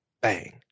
Bang